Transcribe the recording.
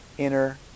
Inner